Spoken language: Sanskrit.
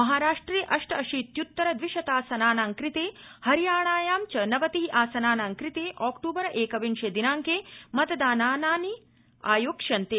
महाराष्ट्रे अष्ट अशीत्युत्तर द्विशतासनानां कृते हरियाणायां च नवति आसनानां कृते अक्तूबर एकविंशे दिनांके मतदानानि आयोक्ष्यन्ते